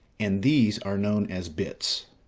and these are known as bits.